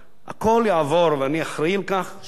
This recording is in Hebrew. ואני אחראי לכך שמבחינת משרד המשפטים תהיה תמיכה.